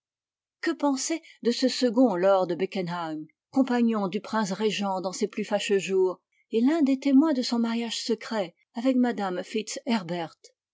que penser de ce second lord beckenham compagnon du prince régent dans ses plus fâcheux jours et l'un des témoins de son mariage secret avec mme fitz herbert